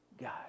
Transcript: God